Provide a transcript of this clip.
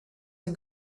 and